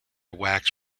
wax